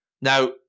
Now